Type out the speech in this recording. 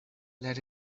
let